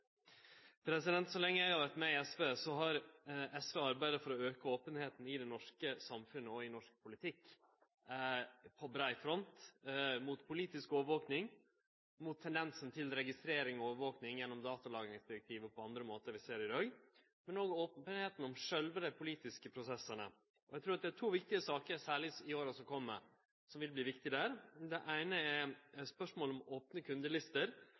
Så lenge eg har vore med i SV, har SV arbeidd for å auke openheita i det norske samfunnet og i norsk politikk på brei front – mot politisk overvaking, mot tendensen til registrering og overvaking gjennom datalagringsdirektivet og anna vi ser i dag, men òg openheit om dei politiske prosessane sjølve. Eg trur særleg det er to viktige saker som kjem til å verte viktige i åra som kjem. Det eine er spørsmålet om opne kundelister,